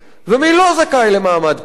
ומי לא זכאי למעמד פליט.